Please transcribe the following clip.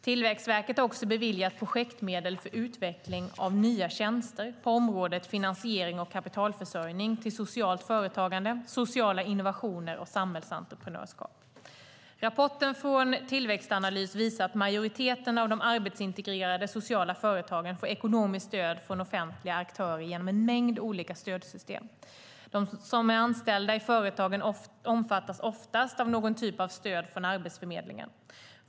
Tillväxtverket har också beviljat projektmedel för utveckling av "nya tjänster" på området finansiering och kapitalförsörjning till socialt företagande, sociala innovationer och samhällsentreprenörskap. Rapporten från Tillväxtanalys visar att majoriteten av de arbetsintegrerande sociala företagen får ekonomiskt stöd från offentliga aktörer genom en mängd olika stödsystem. De som är anställda i företagen omfattas oftast av någon typ av stöd från Arbetsförmedlingen.